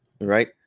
right